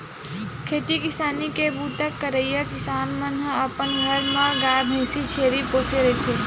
खेती किसानी के बूता करइया किसान मन ह अपन घर म गाय, भइसी, छेरी पोसे रहिथे